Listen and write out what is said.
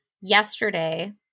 Yesterday